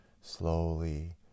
Slowly